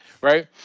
right